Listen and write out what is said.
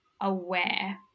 aware